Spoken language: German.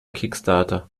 kickstarter